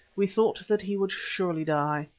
we thought that he would surely die.